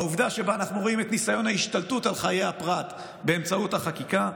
העובדה שאנחנו רואים את ניסיון ההשתלטות על חיי הפרט באמצעות החקיקה,